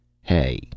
Hey